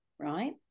right